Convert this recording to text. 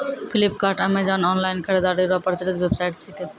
Flipkart Amazon online खरीदारी रो प्रचलित वेबसाइट छिकै